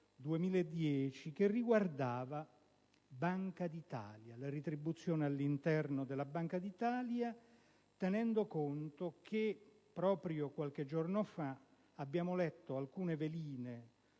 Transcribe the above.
2010, che riguardava le retribuzioni all'interno della Banca d'Italia, tenendo conto che proprio qualche giorno fa abbiamo letto alcune veline